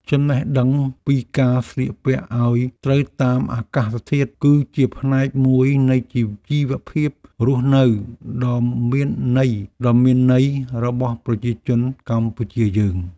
ចំណេះដឹងពីការស្លៀកពាក់ឱ្យត្រូវតាមអាកាសធាតុ គឺជាផ្នែកមួយនៃជីវភាពរស់នៅដ៏មានន័យរបស់ប្រជាជនកម្ពុជាយើង។